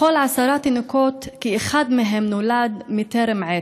מכל עשרה תינוקות, כאחד מהם נולד בטרם עת.